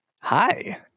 Hi